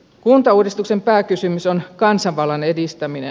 kuntauudistuksen pääkysymys on kansanvallan edistäminen